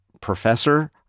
professor